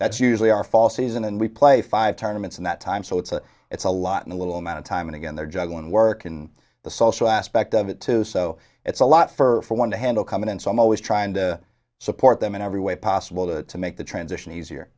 that's usually our fall season and we play five tournaments in that time so it's a it's a lot in a little amount of time and again they're juggling work and the social aspect of it too so it's a lot for one to handle coming in so i'm always trying to support them in every way possible to make the transition easier